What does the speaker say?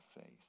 faith